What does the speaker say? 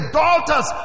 daughters